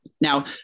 now